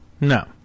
no